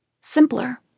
Simpler